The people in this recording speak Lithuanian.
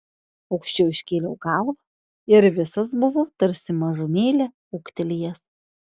aukščiau iškėliau galvą ir visas buvau tarsi mažumėlę ūgtelėjęs